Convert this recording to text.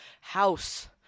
House